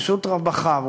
פשוט בכה.